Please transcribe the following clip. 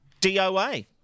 DOA